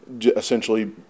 essentially